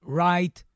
right